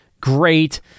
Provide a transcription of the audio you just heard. great